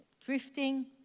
Drifting